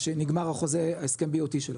שנגמר החוזה ההסכם ה-BOT שלו.